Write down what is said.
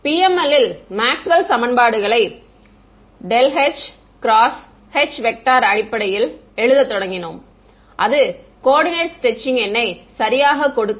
எனவே PML இல் மேக்ஸ்வெல்லின் சமன்பாடுகளை ∇h×H அடிப்படையில் எழுதத் தொடங்கினோம் அது கோஆர்டினேட் ஸ்ட்ரெட்ச்சிங் எண்ணை சரியாகக் கொடுக்க